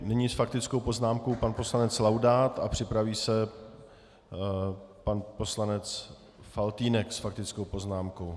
Nyní s faktickou poznámkou pan poslanec Laudát a připraví se pan poslanec Faltýnek s faktickou poznámkou.